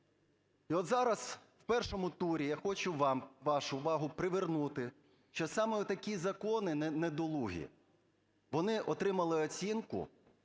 І от зараз, в першому турі я хочу вашу увагу привернути, що саме отакі закони недолугі, вони отримали оцінку,